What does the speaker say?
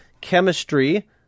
chemistry